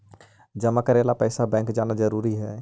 जमा करे ला पैसा बैंक जाना जरूरी है?